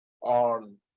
on